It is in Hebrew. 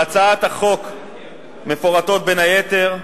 בהצעת החוק מפורטות, בין היתר,